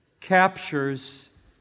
captures